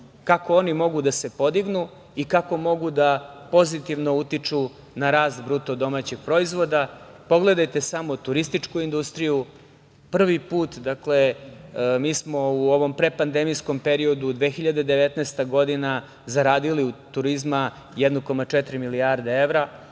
kako oni mogu da se podignu i kao mogu da pozitivno utiču na rast BDP. Pogledajte samo turističku industriju, prvi put dakle, mi smo u ovom prepandemijskom periodu 2019. godina zaradili od turizma 1,4 milijarde evra,